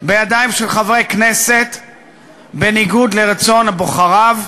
בידיים של חברי כנסת בניגוד לרצון בוחריו,